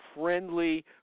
friendly